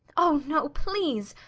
oh, no! please!